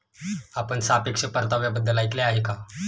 आपण सापेक्ष परताव्याबद्दल ऐकले आहे का?